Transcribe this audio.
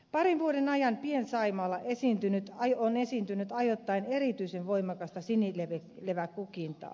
parin vuoden ajan pien saimaalla on esiintynyt ajoittain erityisen voimakasta sinileväkukintaa